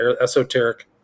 esoteric